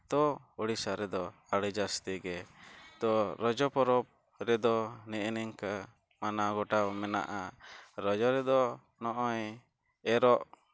ᱛᱚ ᱳᱰᱤᱥᱟ ᱨᱮᱫᱚ ᱟᱹᱰᱤ ᱡᱟᱹᱥᱛᱤ ᱜᱮ ᱛᱚ ᱨᱚᱡᱟ ᱯᱚᱨᱚᱵᱽ ᱨᱮᱫᱚ ᱱᱮᱜᱼᱮ ᱱᱤᱝᱠᱟᱹ ᱢᱟᱱᱟᱣ ᱜᱚᱴᱟ ᱢᱮᱱᱟᱜᱼᱟ ᱨᱚᱡᱚ ᱨᱮᱫᱚ ᱱᱚᱜᱼᱚᱸᱭ ᱮᱨᱚᱜ